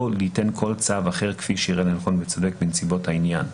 ליתן כל צו אחר כפי שיראה לנכון וצודק בנסיבות העניין.